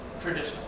traditional